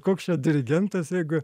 koks čia dirigentas jeigu